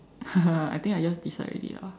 I think I just decide already lah